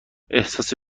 احساس